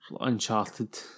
Uncharted